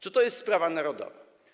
Czy to jest sprawa narodowa?